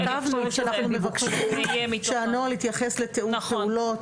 כתבנו שאנחנו מבקשים שהנוהל יתייחס לתיאום פעולות,